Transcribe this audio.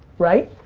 right?